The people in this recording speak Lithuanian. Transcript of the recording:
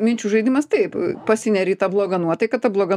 minčių žaidimas taip pasineri į tą blogą nuotaiką ta bloga